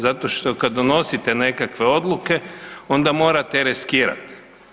Zato što kada donosite nekakve odluke onda morate i reskirati.